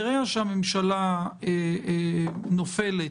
ברגע שהממשלה נופלת,